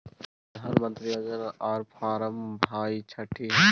प्रधानमंत्री योजना आर फारम भाई छठी है?